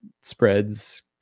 spreads